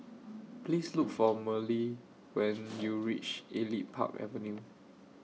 Please Look For Merle when YOU REACH Elite Park Avenue